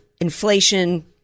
Inflation